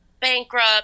Bankrupt